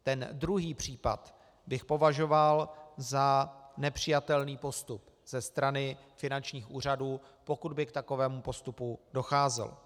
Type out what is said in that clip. Ten druhý případ bych považoval za nepřijatelný postup ze strany finančních úřadů, pokud by k takovému postupu docházelo.